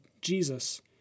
Jesus